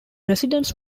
residents